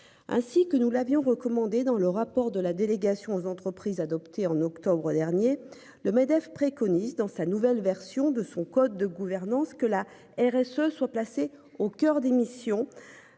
Ainsi que nous l'avions recommandé dans le rapport de la délégation aux entreprises adoptée en octobre dernier. Le MEDEF préconise dans sa nouvelle version de son code de gouvernance que la RSE soient placés au coeur des missions.